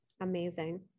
Amazing